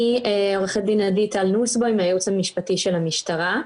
אני מהייעוץ המשפטי של המשטרה.